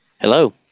Hello